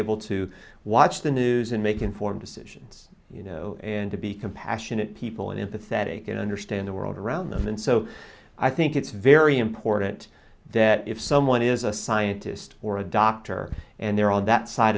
able to watch the news and make informed decisions you know and to be compassionate people in pathetic and understand the world around them and so i think it's very important that if someone is a scientist or a doctor and they're on that side